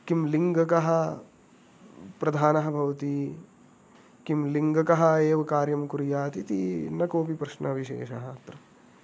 किंलिङ्गकः प्रधानः भवति किं लिङ्गकः एव कार्यं कुर्यात् इति न कोऽपि प्रश्नविशेषः अत्र